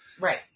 Right